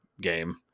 game